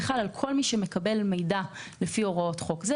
חל על כל מי שמקבל מידע לפי הוראות חוק זה.